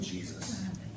Jesus